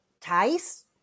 ties